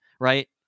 right